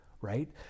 right